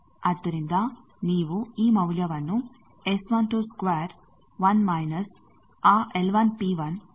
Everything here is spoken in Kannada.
ಆದ್ದರಿಂದ ನೀವು ಈ ಮೌಲ್ಯವನ್ನು 1 ಮೈನಸ್ ಆ ಅದು ಸೊನ್ನೆಗೆ ಸಮಾನವಿರುತ್ತದೆ